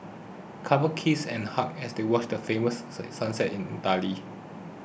couples kissed and hugged as they watch the famous sunset in Italy